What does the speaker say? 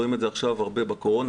רואים את זה עכשיו הרבה בקורונה,